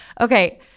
okay